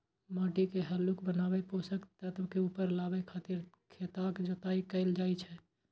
माटि के हल्लुक बनाबै, पोषक तत्व के ऊपर लाबै खातिर खेतक जोताइ कैल जाइ छै